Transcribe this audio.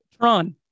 tron